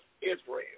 Israel